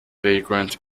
vagrant